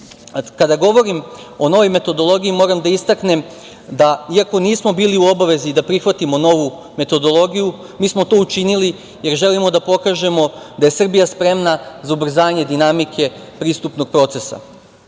govorim o novoj metodologiji, moram da istaknem da, iako nismo bili u obavezi da prihvatimo novu metodologiju, mi smo to učinili, jer želimo da pokažemo da je Srbija spremna za ubrzanje dinamike pristupnog procesa. Što